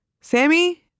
Sammy